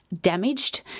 damaged